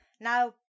Now